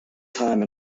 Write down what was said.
time